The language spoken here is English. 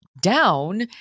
down